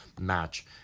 match